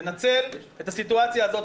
לנצל את הסיטואציה הזאת,